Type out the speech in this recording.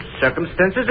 circumstances